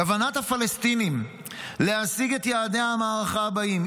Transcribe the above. כוונת הפלסטינים להשיג את יעדי המערכה הבאים,